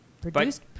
produced